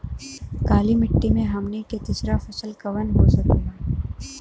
काली मिट्टी में हमनी के तीसरा फसल कवन हो सकेला?